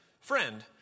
Friend